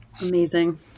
Amazing